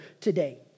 today